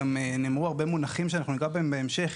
כמו גם הרבה מונחים שאנחנו ניגע בהם בהמשך,